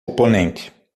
oponente